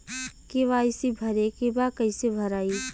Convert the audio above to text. KYC भरे के बा कइसे भराई?